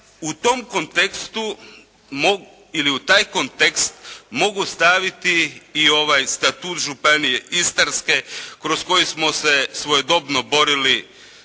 i da ne nabrajam dalje. U taj kontekst mogu staviti i ovaj statut Županije istarske kroz koji smo se svojedobno borili